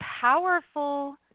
powerful